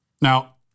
Now